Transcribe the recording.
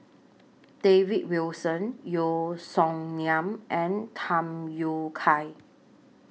David Wilson Yeo Song Nian and Tham Yui Kai